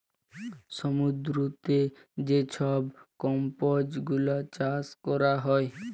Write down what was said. সমুদ্দুরেতে যে ছব কম্বজ গুলা চাষ ক্যরা হ্যয়